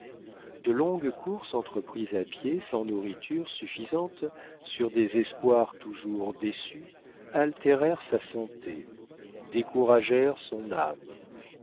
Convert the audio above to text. de longues courses entreprises à pied sans nourriture suffisante sur des espoirs toujours déçus altérèrent sa santé découragèrent son âme